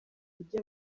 ibyo